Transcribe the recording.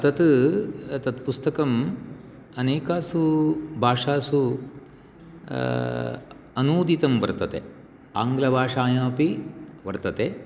तत् तत् पुस्तकम् अनेकासु भाषासु अनूदितं वर्तते आङ्ग्लभाषायामपि वर्तते